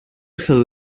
hill